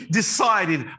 decided